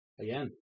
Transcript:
Again